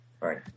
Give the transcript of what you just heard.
Right